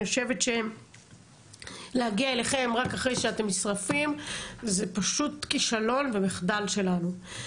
אני חושבת שלהגיע אליכם רק אחרי שאתם נשרפים זה פשוט כשלון ומחדל שלנו.